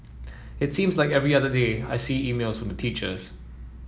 it seems like every other day I see emails from the teachers